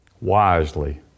wisely